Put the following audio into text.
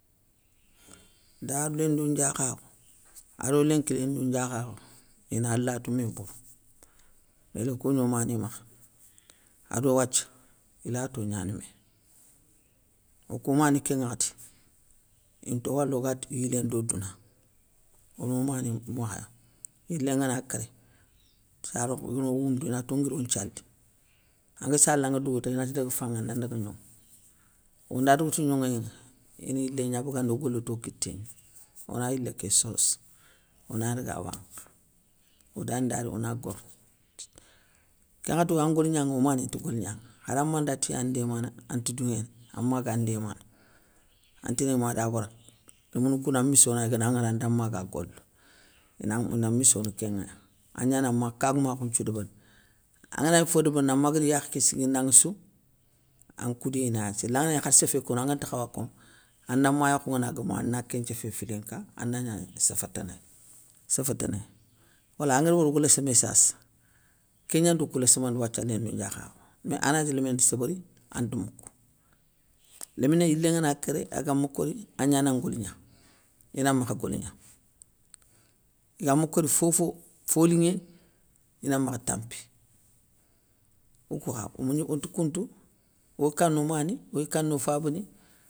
Daroou lindou ndakhakhou ado linki léndou ndiakhakhou, ina lato mé bourou, béyli okou gagni omani makha, ado wathia, ilato gnani mé. Okou mani kén nŋwakhati, into walo ogate yiléné do douna, ono mani makhaya, yilé ngana kéré sarokou ino woundou, inato nguiro on nthiali, anga sali anga dougouta, inati daga fanŋé ana ndaga gnonŋo, onda dougouta gnonŋoyéŋa, ina yilé gna bagandini o golo to kité gna, ona yilé ké soso, ona daga wankhi, odan da ri ona goro. Kén nŋwakhati, oya ngolignaŋa oma ni nta golignanŋa, khara ma nda ti ya ndémana, ante dounŋéné ama gan ndémana, antini mada awara, lémounou kou na missona igana nŋwori anda ma ga golo inam ina missono kénŋa, agnana ma kagoumakhou nthiou débérini, anganagni fo débérini, ama gari yakhé ké siguindanŋa sou, an koudé na sélan nganagni khar séfé kono an ganta khawa kono, ana ma yakho ngana gomou, ana kén nthiéfé filinka angna séfa tanaye séfétanaye. Wala angari wori oga léssimé sasa, kégnando kou léssimandi wathia léndoudiakhakhou, mai anganagnitini léminé nti sébérini ante moukou. Léminé yilé ngana kéré, agama kori agna na ngoligna, ina makha goligna, igama kori fofo folinŋé ina makha tampi, okou kha kou mégni onta kountou, oy kano mani, oy kano fabani.